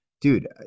dude